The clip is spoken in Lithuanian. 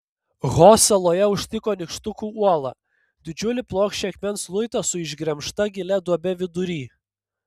ho saloje užtiko nykštukų uolą didžiulį plokščią akmens luitą su išgremžta gilia duobe vidury